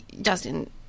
Justin